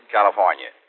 California